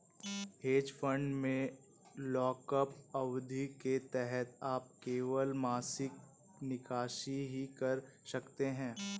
hedge fund में lockup अवधि के तहत आप केवल मासिक निकासी ही कर सकते हैं